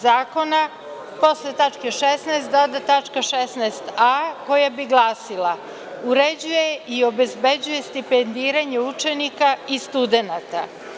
Zakona posle tačke 16. doda tačka 16a koja bi glasila – uređuje i obezbeđuje stipendiranje učenika i studenata.